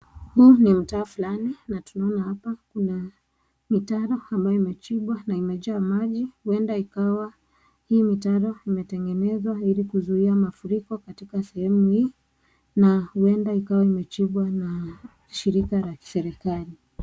Huu ni mtaa fulani na tunaona hapa kuna mitaro ambayo imechimbwa na imejaa maji, huenda ikawa hii mitaro imetengenezwa ili kuzuia mafuriko katika sehemu hii na huenda ikawa imechimbwa na shirika la kiserikali.